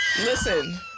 Listen